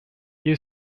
you